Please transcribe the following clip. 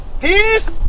Peace